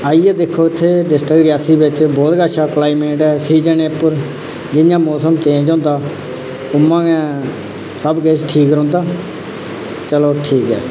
आइयै दिक्खो तुस डिस्ट्रिक्ट रियासी बिच बहुत गै अच्छा क्लाईमेट ऐ सीजनै उप्पर जि'यां मौसम चेंज होंदा उमां गै सब किश ठीक रौहंदा चलो ठीक ऐ